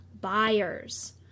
buyers